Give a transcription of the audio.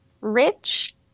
Rich